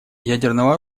ядерного